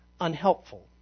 unhelpful